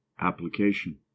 Application